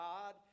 God